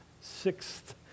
sixth